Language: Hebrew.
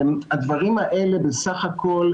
הדברים האלה בסך הכל,